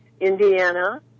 Indiana